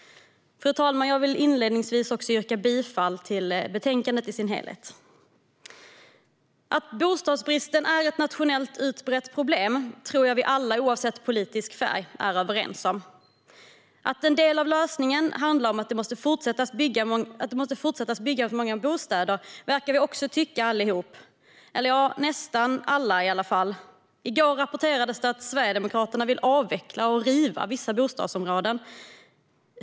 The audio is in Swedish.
Fru talman! Jag vill inledningsvis yrka bifall till utskottets förslag i sin helhet. Att bostadsbristen är ett nationellt utbrett problem tror jag att vi alla oavsett politisk färg är överens om. Att en del av lösningen är att vi fortsätter att bygga många bostäder verkar vi också tycka allihop, eller nästan alla i varje fall. I går rapporterades det att Sverigedemokraterna vill avveckla och riva vissa bostadsområden.